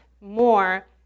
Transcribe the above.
more